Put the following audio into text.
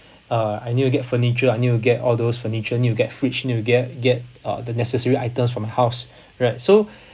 uh I need to get furniture I need to get all those furniture need to get fridge need to get get uh the necessary items for my house right so